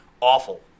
awful